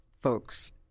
folks